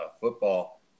football